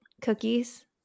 cookies